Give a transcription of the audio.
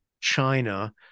China